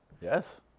Yes